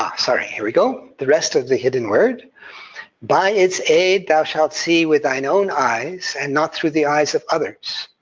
ah sorry, here we go. the rest of the hidden word by its aid thou shalt see with thine own eyes and not through the eyes of others,